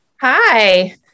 Hi